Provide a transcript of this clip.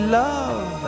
love